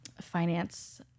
finance